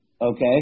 Okay